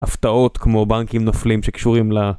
הפתעות כמו בנקים נופלים שקשורים ל...